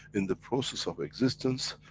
in the process of existence,